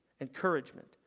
encouragement